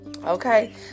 Okay